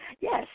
Yes